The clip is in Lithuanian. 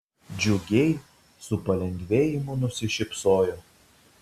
džiugiai su palengvėjimu nusišypsojo